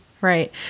Right